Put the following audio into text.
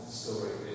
story